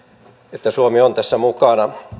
että suomi on tässä mukana